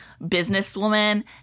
businesswoman